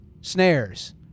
snares